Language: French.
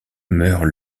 meurt